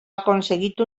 aconseguit